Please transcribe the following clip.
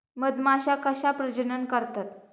मधमाश्या कशा प्रजनन करतात?